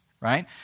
right